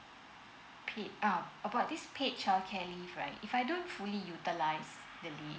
paid uh about this paid childcare leave right if I don't fully utilize the date